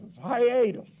hiatus